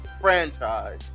franchise